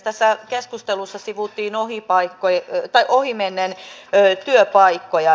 tässä keskustelussa sivuttiin ohimennen työpaikkoja